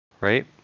right